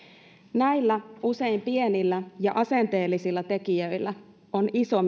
näillä usein pienillä ja asenteellisilla tekijöillä on iso